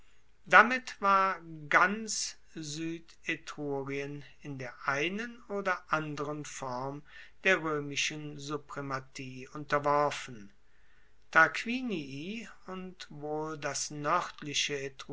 damit war ganz suedetrurien in der einen oder anderen form der roemischen suprematie unterworfen tarquinii und wohl das